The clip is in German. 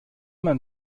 man